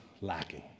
lacking